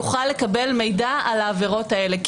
יוכל לקבל מידע על העבירות האלה,